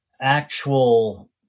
actual